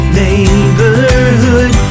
neighborhood